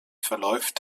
verläuft